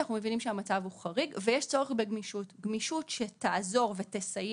אנחנו מבינים שהמצב הוא חריג ושיש צורך בגמישות גמישות שתעזור ותסייע